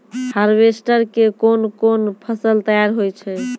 Harvester के कोन कोन फसल तैयार होय छै?